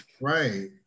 Right